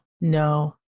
no